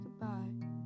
goodbye